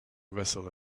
vessel